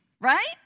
right